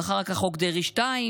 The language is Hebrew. ואחר כך חוק דרעי 2,